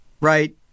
right